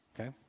okay